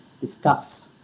discuss